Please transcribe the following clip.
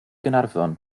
gaernarfon